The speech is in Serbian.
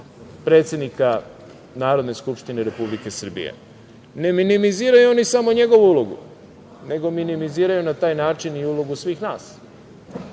predsednika Narodne skupštine Republike Srbije. Ne minimiziraju oni samo njegovu ulogu, nego minimiziraju na taj način i ulogu svih nas,